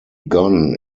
gone